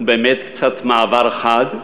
זה באמת מעבר קצת חד,